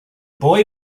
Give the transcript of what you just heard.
boy